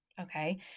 Okay